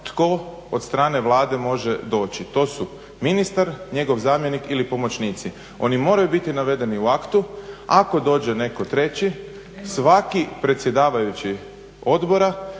tko od strane Vlade može doći. To su ministar, njegov zamjenik ili pomoćnici. Oni moraju biti navedeni u aktu. Ako dođe netko treći svaki predsjedavajući odbora